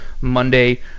Monday